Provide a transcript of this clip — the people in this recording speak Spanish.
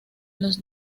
los